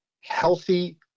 healthy